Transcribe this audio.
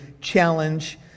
challenge